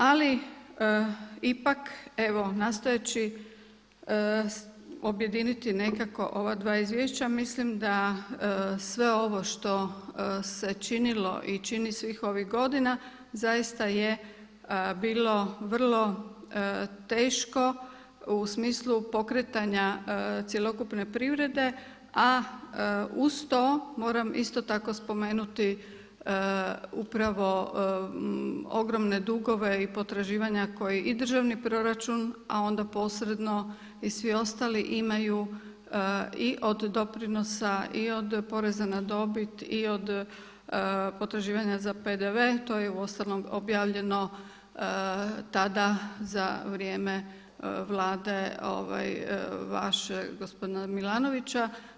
Ali ipak nastojeći objediniti nekako ova dva izvješća, mislim da sve ovo što se činilo i čini svih ovih godina zaista je bilo vrlo teško u smislu pokretanja cjelokupne privrede, a uz to moram isto tako spomenuti upravo ogromne dugove i potraživanja koja i državni proračun, a onda posredno i svi ostali imaju i od doprinosa i od poreza na dobit i od potraživanja za PDV to je uostalom objavljeno tada za vrijeme Vlade, vaše, gospodina Milanovića.